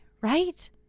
right